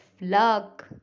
luck